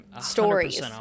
stories